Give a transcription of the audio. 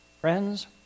Friends